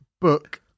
book